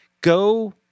Go